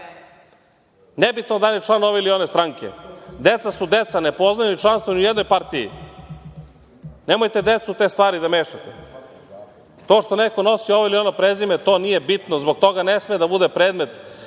da li je to član ove ili one stranke. Deca su deca, ne poznaju članstvu ni u jednoj partiji. Nemojte decu u te stvari da mešate. To što neko nosi ovo ili ono prezime, to nije bitno. Zbog toga ne sme da bude predmet